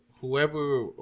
whoever